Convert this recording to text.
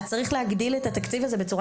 אז צריך להגדיל את התקציב הזה בצורה